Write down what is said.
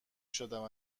شدم